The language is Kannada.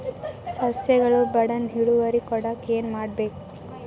ಸಸ್ಯಗಳು ಬಡಾನ್ ಇಳುವರಿ ಕೊಡಾಕ್ ಏನು ಮಾಡ್ಬೇಕ್?